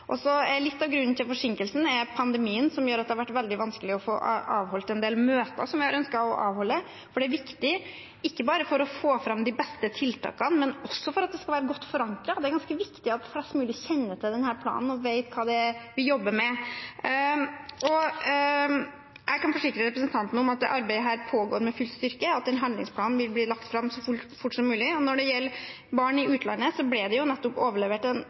Litt av grunnen til forsinkelsen er pandemien, som gjør at det har vært veldig vanskelig å få avholdt en del møter som vi har ønsket å avholde, for det er viktig, ikke bare for å få fram de beste tiltakene, men også for at det skal være godt forankret. Det er ganske viktig at flest mulig kjenner til denne planen og vet hva vi jobber med. Jeg kan forsikre representanten om at dette arbeidet pågår med full styrke, og at handlingsplanen vil bli lagt fram så fort som mulig. Når det gjelder barn i utlandet, ble det jo nettopp overlevert en